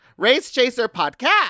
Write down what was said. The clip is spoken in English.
Racechaserpodcast